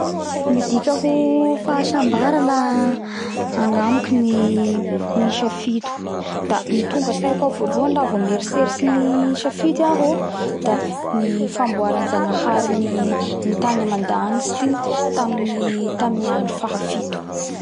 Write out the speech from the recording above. Midika ho fahasambara la agnamiko ny ny isa fito da ny tonga atsaiko ao voalohany la vo mieritseritsy ny isa fito iaho o da ny fanamboaranJanahary ny tany amandagnitsy taminy taminy andro faha fito